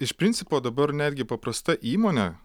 iš principo dabar netgi paprasta įmonė